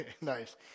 Nice